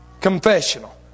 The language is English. confessional